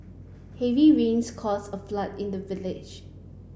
heavy rains cause a flood in the village